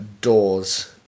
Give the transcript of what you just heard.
doors